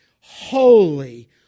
holy